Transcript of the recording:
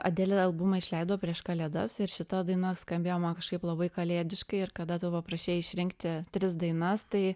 adelė albumą išleido prieš kalėdas ir šita daina skambėjo man kažkaip labai kalėdiškai ir kada tu paprašei išrinkti tris dainas tai